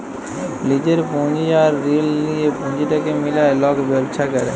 লিজের পুঁজি আর ঋল লিঁয়ে পুঁজিটাকে মিলায় লক ব্যবছা ক্যরে